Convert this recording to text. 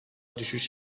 düşüş